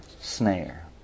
Snare